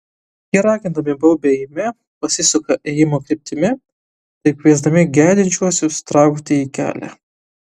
jie ragindami baubia eime pasisuka ėjimo kryptimi taip kviesdami gedinčiuosius traukti į kelią